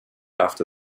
after